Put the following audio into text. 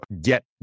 get